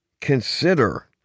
consider